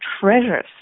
treasures